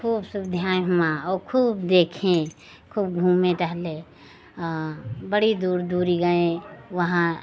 खूब सुविधाएँ वहाँ और खूब देखे खूब घूमे टहले बड़ी दूर दूर गए वहाँ